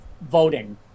voting